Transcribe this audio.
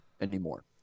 anymore